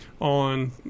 on